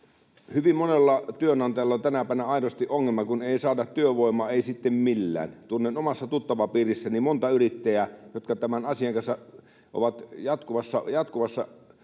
Hyvin monella työnantajalla on tänäpänä aidosti ongelma, kun ei saada työvoimaa ei sitten millään. Tunnen omassa tuttavapiirissäni monta yrittäjää, jotka tämän asian kanssa ovat jatkuvassa